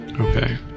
Okay